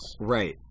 Right